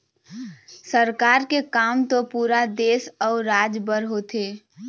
सरकार के काम तो पुरा देश अउ राज बर होथे